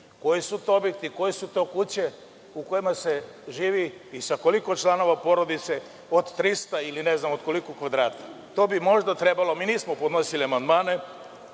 su to objekti? Koje su to kuće u kojima se živi i sa koliko članova porodice od 300 ili ne znam koliko kvadrata? To bi možda trebalo, mi nismo podnosili amandmane,